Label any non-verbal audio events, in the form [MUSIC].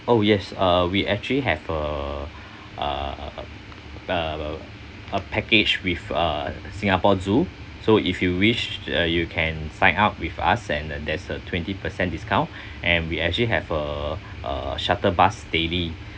oh yes uh we actually have uh uh uh a package with uh singapore zoo so if you wish uh you can sign up with us and there's a twenty percent discount [BREATH] and we actually have a uh shuttle bus daily